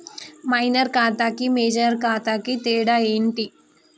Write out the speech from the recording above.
Minor ఖాతా కి major ఖాతా కి తేడా ఏంటి?